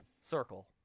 circle